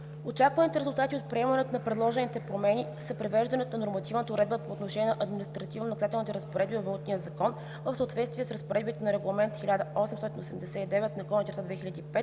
Очакваните резултати от приемането на предложените промени са привеждане на нормативната уредба по отношение на административнонаказателните разпоредби във Валутния закон в съответствие с разпоредбите на Регламент 1889/2005